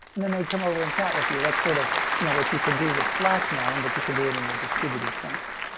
then, they'd come over and chat with you. that's sort of you know what you can do with slack now, but you can do it in a distributed sense